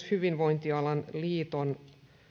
hyvinvointialan liiton